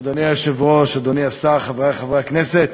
אדוני היושב-ראש, אדוני השר, חברי חברי הכנסת,